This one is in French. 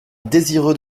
désireux